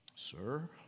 Sir